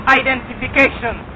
identification